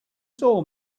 saw